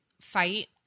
Fight